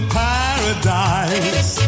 paradise